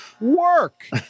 work